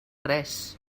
res